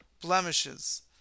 blemishes